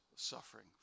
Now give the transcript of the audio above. Suffering